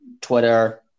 Twitter